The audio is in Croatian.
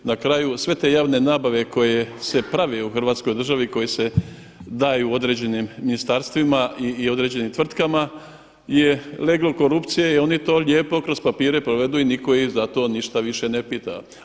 Na kraju sve te javne nabave koje se prave u hrvatskoj državi i koje se daju određenim ministarstvima i određenim tvrtkama je leglo korupcije i oni to lijepo kroz papire provedu i nitko ih zato više ništa ne pita.